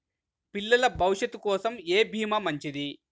పిల్లల భవిష్యత్ కోసం ఏ భీమా మంచిది?